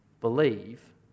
believe